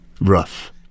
Rough